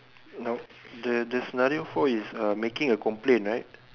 nope the the scenario four is uh making a complaint right